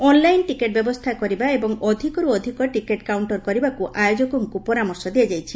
online ticket ବ୍ୟବସ୍ଥା କରିବା ଏବଂ ଅଧିକରୁ ଅଧିକ ଟିକେଟ୍ କାଉଷ୍କର୍ କରିବାକୁ ଆୟୋଜକଙ୍କୁ ପରାମର୍ଶ ଦିଆଯାଇଛି